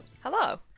Hello